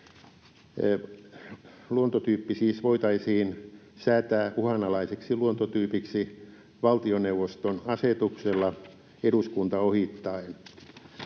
Luontotyyppi siis voitaisiin säätää uhanalaiseksi luontotyypiksi valtioneuvoston asetuksella eduskunta ohittaen.